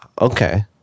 okay